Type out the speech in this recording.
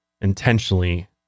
intentionally